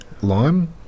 Lime